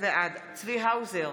בעד צבי האוזר,